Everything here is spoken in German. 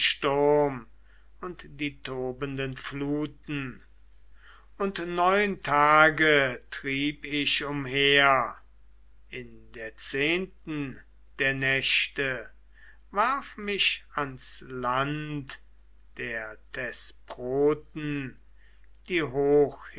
sturm und die tobenden fluten und neun tage trieb ich umher in der zehnten der nächte warf mich ans land der thesproten die